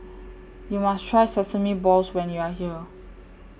YOU must Try Sesame Balls when YOU Are here